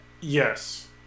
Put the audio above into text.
Yes